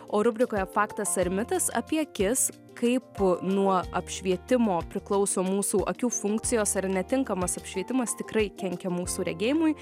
o rubrikoje faktas ar mitas apie akis kaip nuo apšvietimo priklauso mūsų akių funkcijos ar netinkamas apšvietimas tikrai kenkia mūsų regėjimui